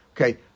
Okay